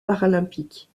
paralympiques